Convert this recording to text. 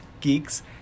geeks